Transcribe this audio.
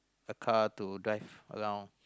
a car to drive around